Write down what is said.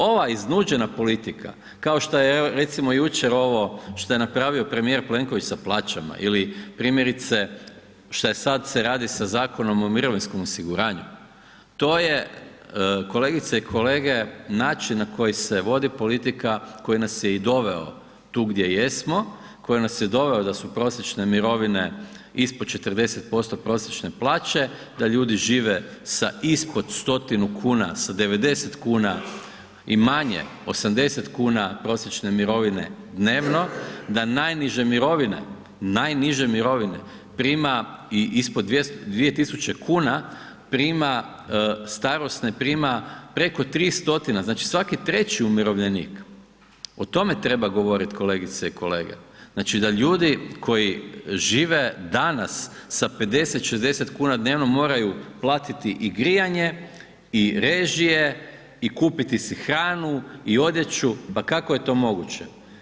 Ova iznuđena politika, kao što je recimo jučer ovo što je napravio premijer Plenković sa plaćama ili primjerice šta je sad se radi sa Zakonom o mirovinskom osiguranju, to je kolegice i kolege način na koji se vodi politika koji nas je i doveo tu gdje jesmo, koji nas je doveo da su prosječne mirovine ispod 40% prosječne plaće, da ljudi žive sa ispod 100-tinu kuna, sa 90,00 kn i manje, 80,00 kn prosječne mirovine dnevno, da najniže mirovine, najniže mirovine prima i ispod 2.000,00 kn, prima starosne prima preko 3 stotina, znači svaki treći umirovljenik, o tome treba govorit kolegice i kolege, znači da ljudi koji žive danas sa 50-60,00 kn dnevno moraju platiti i grijanje i režije i kupiti si hranu i odjeću, pa kako je to moguće?